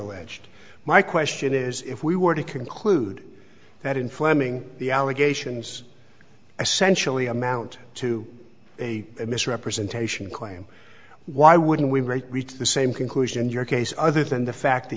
alleged my question is if we were to conclude that inflaming the allegations essentially amount to a misrepresentation claim why would we rate reach the same conclusion in your case other than the fact that